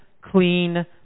clean